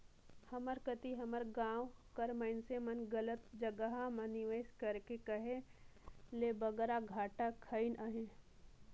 हमर कती हमर गाँव कर मइनसे मन गलत जगहा म निवेस करके कहे ले बगरा घाटा खइन अहें